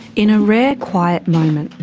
in a rare quiet moment.